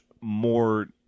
more